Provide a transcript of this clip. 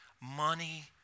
money